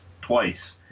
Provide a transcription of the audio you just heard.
twice